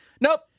Nope